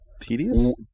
tedious